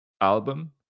album